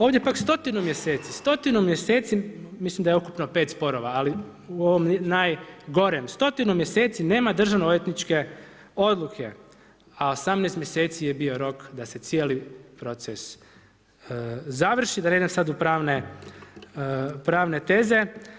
Ovdje pak stotinu mjeseci, stotinu mjeseci, mislim da je ukupno 5 sporova, ali u ovom najgore, stotinu mjeseci nema državnoodvjetničke odluke, a 18 mjeseci je rok da se cijeli proces završi, da ne idem sad u pravne teze.